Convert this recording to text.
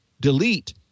delete